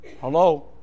Hello